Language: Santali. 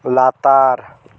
ᱞᱟᱛᱟᱨ